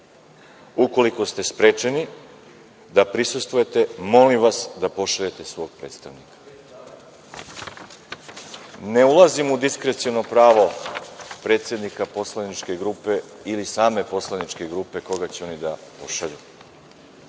Ukoliko ste sprečeni da prisustvujete, molimo vas da pošaljete svog predstavnika. Ne ulazim u diskreciono pravo predsednika poslaničke grupe ili same poslaničke grupe koga će oni da pošalju,